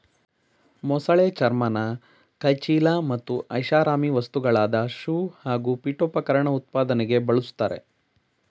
ಮೊಸಳೆ ಚರ್ಮನ ಕೈಚೀಲ ಮತ್ತು ಐಷಾರಾಮಿ ವಸ್ತುಗಳಾದ ಶೂ ಹಾಗೂ ಪೀಠೋಪಕರಣ ಉತ್ಪಾದನೆಗೆ ಬಳುಸ್ತರೆ